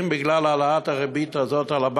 אם בגלל העלאת הריבית הזאת על-ידי